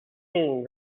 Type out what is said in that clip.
soon